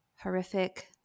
horrific